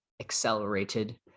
accelerated